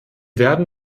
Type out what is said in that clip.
werden